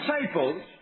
disciples